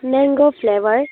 mango flavor